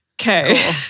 Okay